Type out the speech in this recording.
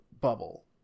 bubble